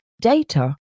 data